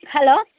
hello